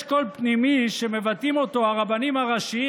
יש קול פנימי שמבטאים אותו הרבנים הראשיים